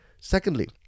Secondly